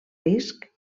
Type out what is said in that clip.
risc